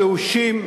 הבאושים,